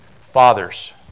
Fathers